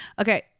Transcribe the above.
okay